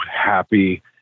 happy